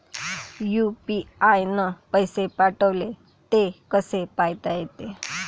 UPI न पैसे पाठवले, ते कसे पायता येते?